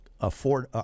afford